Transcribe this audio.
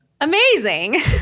Amazing